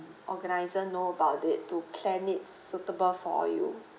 organizer know about it to plan it suitable for you